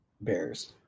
Bears